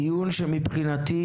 דיון שמבחינתי